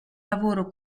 lavoro